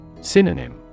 Synonym